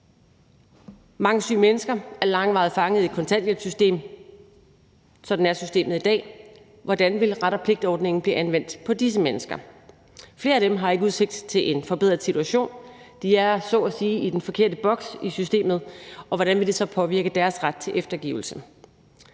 Mange syge mennesker er langvarigt fanget i kontanthjælpssystemet – sådan er systemet i dag – hvordan vil ret og pligt-ordningen blive anvendt på disse mennesker? Flere af dem har ikke udsigt til en forbedret situation – de er så at sige i den forkerte boks i systemet – og hvordan vil det så påvirke deres ret til eftergivelse?